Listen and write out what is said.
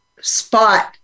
spot